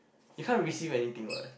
you can't receive anything what